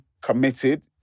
committed